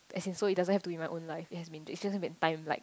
as in so it doesn't have to be my own life it has been just been time like